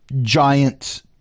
giant